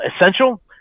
essential